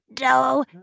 No